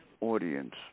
audience